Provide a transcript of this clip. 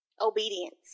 obedience